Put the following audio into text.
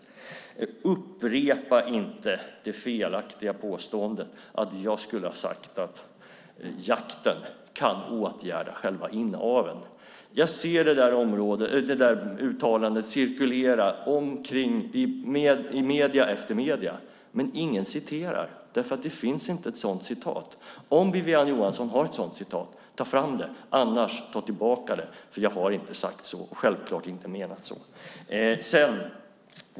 Och upprepa inte det felaktiga påståendet att jag skulle ha sagt att jakten kan åtgärda själva inaveln! Jag ser det där uttalandet cirkulera i medierna, men ingen citerar. Det finns nämligen inget sådant citat. Om Wiwi-Anne Johansson har ett sådant citat ber jag henne ta fram det eller annars ta tillbaka det, för jag har inte sagt så och självklart inte heller menat så.